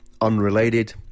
unrelated